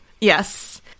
Yes